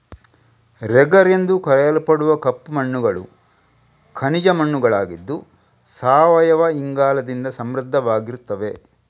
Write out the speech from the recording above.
ರೆಗರ್ ಎಂದು ಕರೆಯಲ್ಪಡುವ ಕಪ್ಪು ಮಣ್ಣುಗಳು ಖನಿಜ ಮಣ್ಣುಗಳಾಗಿದ್ದು ಸಾವಯವ ಇಂಗಾಲದಿಂದ ಸಮೃದ್ಧವಾಗಿರ್ತವೆ